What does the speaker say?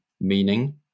meaning